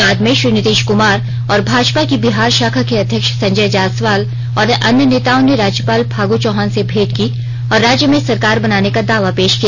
बाद में श्री नीतीश कुमार और भाजपा की बिहार शाखा के अध्यक्ष संजय जायसवाल और अन्य नेताओं ने राज्यपाल फागू चौहान से भेंट की और राज्य में सरकार बनाने का दावा पेश किया